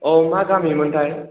औ मा गामि मोनथाय